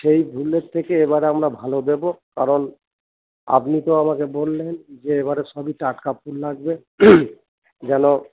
সেই ফুলের থেকে এবারে আমরা ভালো দেব কারণ আপনি তো আমাকে বললেন যে এবারে সবই টাটকা ফুল লাগবে যেন